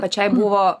pačiai buvo